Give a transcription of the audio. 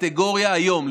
הקטגוריה היום,